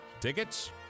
Tickets